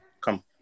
Come